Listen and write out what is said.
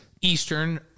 Eastern